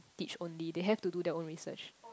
teach only they have to do their own research